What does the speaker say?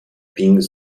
pink